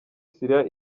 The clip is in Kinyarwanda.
siriya